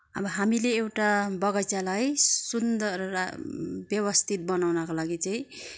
अब हामीले एउटा बगैँचालाई सुन्दर र व्यवस्थित बनाउनका लागि चाहिँ